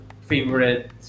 favorite